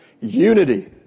Unity